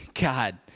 God